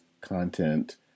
content